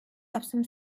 absent